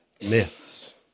myths